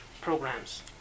programs